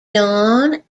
john